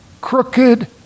crooked